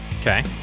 Okay